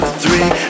three